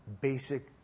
basic